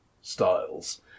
styles